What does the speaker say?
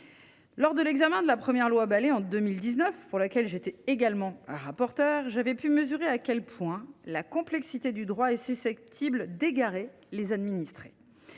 Lors de l’examen de la première proposition de loi Balai en 2019, pour laquelle j’étais également rapporteure, j’avais pu mesurer à quel point la complexité du droit est susceptible d’égarer les administrés.